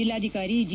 ಜಿಲ್ಲಾಧಿಕಾರಿ ಜಿ